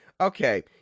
okay